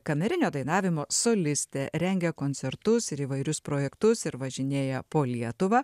kamerinio dainavimo solistė rengia koncertus ir įvairius projektus ir važinėja po lietuvą